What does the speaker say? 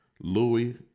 Louis